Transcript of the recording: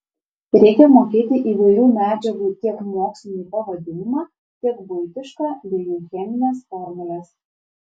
reikia mokėti įvairių medžiagų tiek mokslinį pavadinimą tiek buitišką bei jų chemines formules